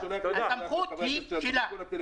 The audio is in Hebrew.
הסמכות שלה.